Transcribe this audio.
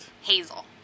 Hazel